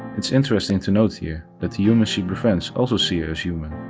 it's interesting to note here that the humans she befriends also see her as human,